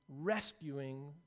rescuing